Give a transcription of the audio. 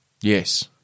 Yes